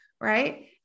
right